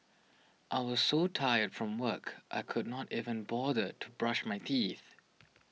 I was so tired from work I could not even bother to brush my teeth